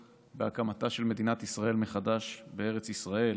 בהקמתה של מדינת ישראל מחדש בארץ ישראל,